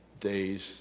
days